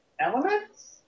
elements